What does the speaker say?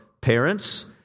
parents